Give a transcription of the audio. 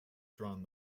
drawn